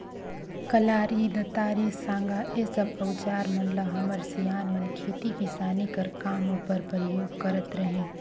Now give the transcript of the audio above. कलारी, दँतारी, साँगा ए सब अउजार मन ल हमर सियान मन खेती किसानी कर काम उपर परियोग करत रहिन